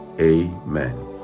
Amen